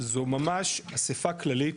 זו ממש אספה כללית